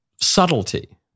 subtlety